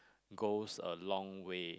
goes a long way